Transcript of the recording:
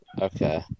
okay